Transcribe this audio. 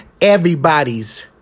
everybody's